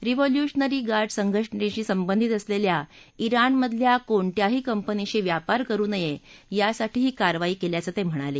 revolutionary guard संघटनेशी संबंधित असलेल्या जणमधल्या कोणत्याही कंपनीशी व्यापार करु नये यासाठी ही कारवाई केल्याचं ते म्हणाले